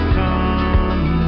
come